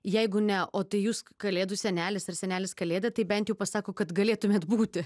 jeigu ne o tai jūs kalėdų senelis ar senelis kalėda tai bent jau pasako kad galėtumėt būti